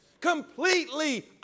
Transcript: Completely